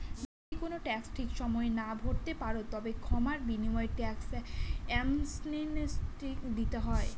যদি কোনো ট্যাক্স ঠিক সময়ে না ভরতে পারো, তবে ক্ষমার বিনিময়ে ট্যাক্স অ্যামনেস্টি দিতে হয়